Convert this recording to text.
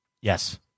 Yes